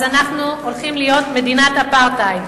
אז אנחנו הולכים להיות מדינת אפרטהייד.